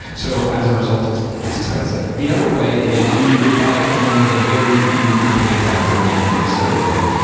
so as a result it's it's expensive. the other way is you would buy it from one of the very few companies out there making this sort of thing.